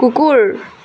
কুকুৰ